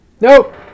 Nope